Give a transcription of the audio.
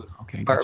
Okay